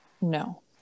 No